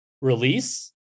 release